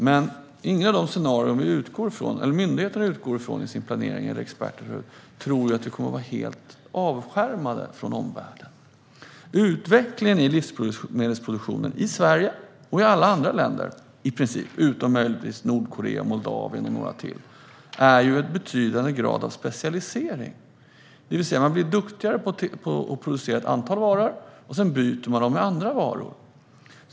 Men inget av de scenarier myndigheterna eller experterna utgår från i sin planering innefattar att vi kommer att vara helt avskärmade från omvärlden. Utvecklingen av livsmedelsproduktionen i Sverige och i princip alla andra länder, utom möjligtvis Nordkorea, Moldavien och några till, har inneburit en betydande grad av specialisering. Man blir duktigare på att producera ett antal varor. Sedan byter man dem mot andra varor.